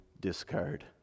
discard